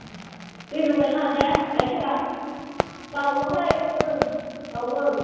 ओम दै लगाय नाङा दे गाइखेरा गावोहाय गावो गावो